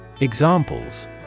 Examples